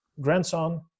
grandson